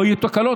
לא יהיו תקלות?